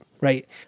right